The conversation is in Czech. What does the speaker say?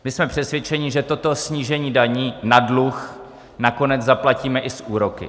My jsme přesvědčeni, že toto snížení daní na dluh nakonec zaplatíme i s úroky.